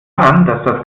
daran